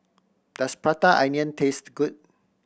does Prata Onion taste good